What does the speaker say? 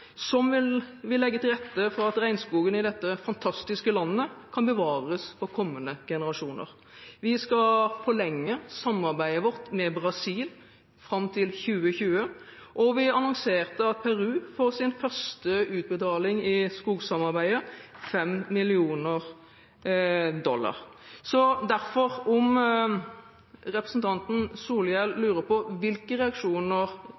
som vil legge til rette for at regnskogen i dette fantastiske landet kan bevares for kommende generasjoner. Vi skal forlenge samarbeidet vårt med Brasil fram til 2020. Og vi annonserte at Peru får sin første utbetaling i skogsamarbeidet, 5 mill. dollar. Så derfor – om representanten Solhjell lurer på hvilke reaksjoner